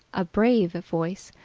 a brave voice,